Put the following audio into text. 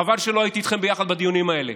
חבל שלא היית איתכם יחד בדיונים האלה.